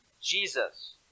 Jesus